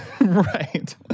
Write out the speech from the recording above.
Right